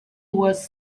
was